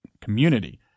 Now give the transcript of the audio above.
Community